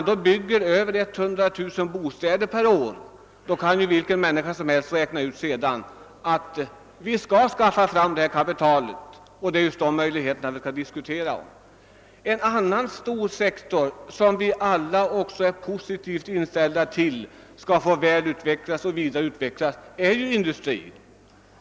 Vem som helst kan räkna ut vilken kapitalinsats som behövs när man här i landet bygger över 100 000 bostäder per år. En annan stor sektor som vi alla också är positivt inställda till och vill se vidareutvecklad är industrin.